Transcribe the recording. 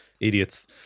idiots